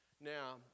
now